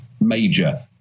major